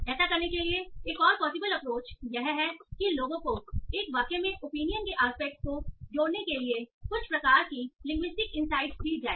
ऐसा करने के लिए एक और पॉसिबल अप्रोच यह है कि लोगों को एक वाक्य में ओपिनियन के एस्पेक्ट को जोड़ने के लिए कुछ प्रकार की लिंग्विस्टिक इनसाइट्स दी जाए